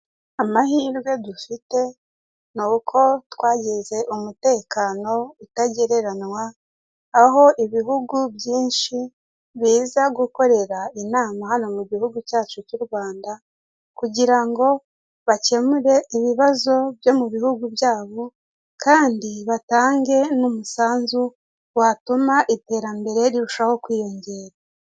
Amahirwe dufite ni uko twagize umutekano utagereranywa aho ibihugu byinshi biza gukorera inama hano mu gihugu cyacu cy'u Rwanda kugira ngo bakemure ibibazo byo mu bihugu byabo kandi batange n'umusanzu watuma iterambere rirushaho kwiyongera.